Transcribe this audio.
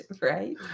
right